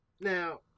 now